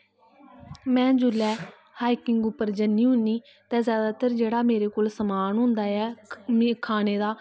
में जेल्लै हाइकिंग उप्पर जन्नी होनी ते जैदातर मेरे कोल समान होंदा ऐ खानै दा